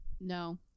No